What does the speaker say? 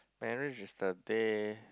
marriage is the day